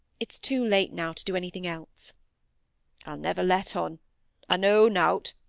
it's too late now to do anything else i'll never let on i know nought.